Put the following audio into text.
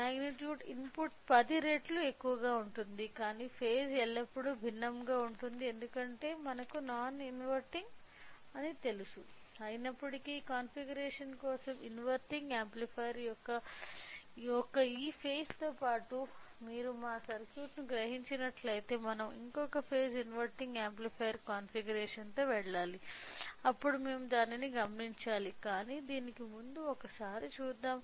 magnitude input 10 రెట్లు ఉంటుంది కానీ ఫేజ్ ఎల్లప్పుడూ భిన్నంగా ఉంటుంది ఎందుకంటే మనకు నాన్ ఇన్వెర్టింగ్ తెలుసు అయినప్పటికీ కాన్ఫిగరేషన్ కోసం ఇన్వర్టింగ్ యాంప్లిఫైయర్ యొక్క ఈ ఒక ఫేజ్ తో పాటు మీరు మా సర్క్యూట్ను గ్రహించినట్లయితే మనం ఇంకొక ఫేజ్ ఇన్వర్టింగ్ యాంప్లిఫైయర్ కాన్ఫిగరేషన్తో వెళ్ళాలి అప్పుడు మేము దానిని గమనించాలి కానీ దీనికి ముందు ఒక్కసారి చూద్దాం